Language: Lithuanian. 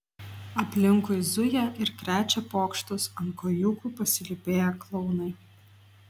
aplinkui zuja ir krečia pokštus ant kojūkų pasilypėję klounai